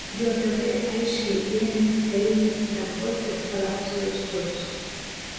jav aiškiai ėmėsi karinės įtampos eskalacijos kurso